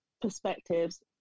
perspectives